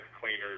cleaners